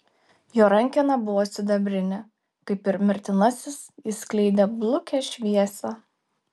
jo rankena buvo sidabrinė kaip ir mirtinasis jis skleidė blukią šviesą